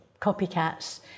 copycats